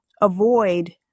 avoid